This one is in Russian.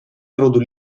народу